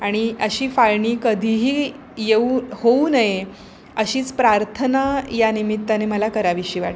आणि अशी फाळणी कधीही येऊ होऊ नये अशीच प्रार्थना या निमित्ताने मला करावी वाटते आहे